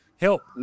help